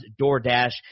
DoorDash